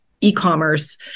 e-commerce